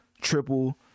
triple